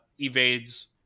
evades